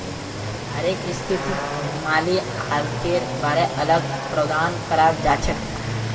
हरेक स्थितित माली हालतेर बारे अलग प्रावधान कराल जाछेक